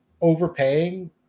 overpaying